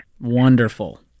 Wonderful